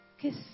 kiss